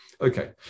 Okay